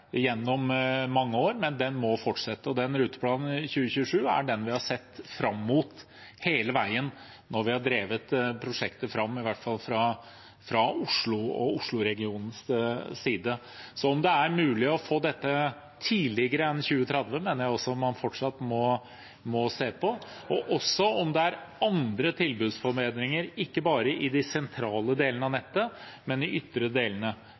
gjennom mange år – den må fortsette. Rutemodell 2027 er den vi har sett fram mot hele veien, når vi har drevet fram prosjektet, i hvert fall fra Oslo og osloregionens side. Jeg mener man fortsatt må se på om det er mulig å få dette tidligere enn 2030, og også om det er andre tilbudsforbedringer, ikke bare i de sentrale delene av nettet, men i de ytre delene